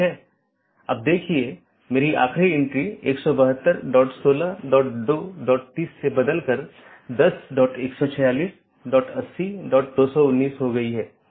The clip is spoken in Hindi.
तो एक BGP विन्यास एक ऑटॉनमस सिस्टम का एक सेट बनाता है जो एकल AS का प्रतिनिधित्व करता है